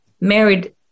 married